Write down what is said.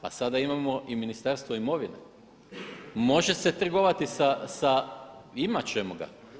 Pa sada imamo i Ministarstvo imovine, može se trgovati sa … [[Upadica se ne razumije.]] Imat ćemo ga.